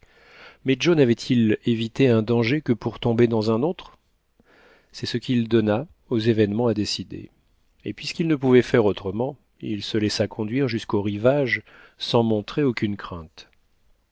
mais joe n'avait-il évité un danger que pour tomber dans un autre c'est ce qu'il donna aux événements à décider et puisquil ne pouvait faire autrement il se laissa conduire jusqu'au rivage sans montrer aucune crainte